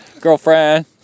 girlfriend